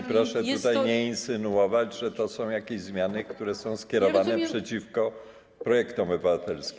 i proszę tutaj nie insynuować, że to są jakieś zmiany, które są skierowane przeciwko projektom obywatelskim.